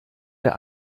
der